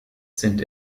sind